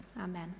Amen